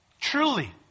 Truly